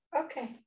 Okay